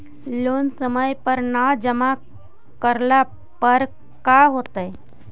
Loan समय पर न जमा करला पर का होतइ?